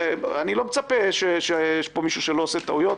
אני לא מצפה שיהיה פה מישהו שלא יעשה טעויות.